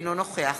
אינו נוכח